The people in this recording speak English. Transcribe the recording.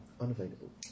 unavailable